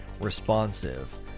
responsive